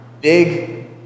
big